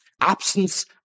absence